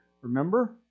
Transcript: Remember